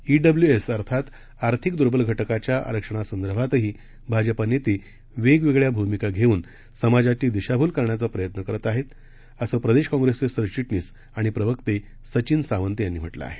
EWS अर्थात आर्थिक द्र्बल घटकाच्या आरक्षणासंदर्भातही भाजपा नेते वेगवेगळ्या भूमिका घेऊन समाजाची दिशाभूल करण्याचा प्रयत्न करत आहे असं प्रदेश काँग्रेसचे सरचिटणस आणि प्रवक्ते सचिन सावंत यांनी म्हटलं आहे